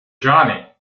johnny